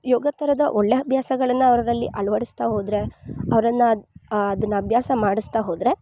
ಯೋಗದ್ ತರದ ಒಳ್ಳೆ ಅಬ್ಯಾಸಗಳನ್ನ ಅವ್ರಲ್ಲಿ ಅಳ್ವಡಿಸ್ತ ಹೋದ್ರೆ ಅವ್ರನ್ನ ಅದನ್ ಅಬ್ಯಾಸ ಮಾಡಿಸ್ತ ಹೋದ್ರೆ